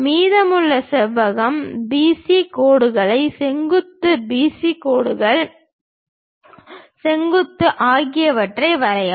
மீதமுள்ள செவ்வகம் BC கோடுகளை செங்குத்து BC கோடுகள் செங்குத்து அவற்றை வரையவும்